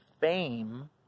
Fame